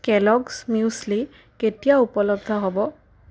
Kellogg's muesli কেতিয়া উপলব্ধ হ'ব